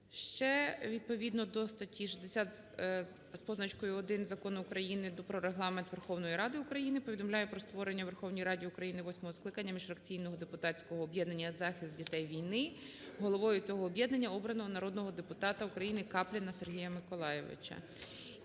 Ще відповідно до статті 60 з позначкою 1 Закону України "Про Регламент Верховної Ради України" повідомляю про створення у Верховній Раді України восьмого скликання міжфракційного депутатського об'єднання "Захист дітей-війни". Головою цього об'єднання обрано народного депутата УкраїниКапліна Сергія Миколайовича.